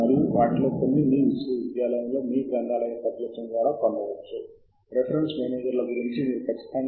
మరియు Web of Science ఆ సమాచారాన్ని మీకు అందిస్తోంది అయితే మీరు ఎండ్ నోట్ వెబ్ ద్వారా దీని లోకి వెళ్ళాలి తద్వారా సమాచారము బిబ్ ఫైల్గా పొందవచ్చు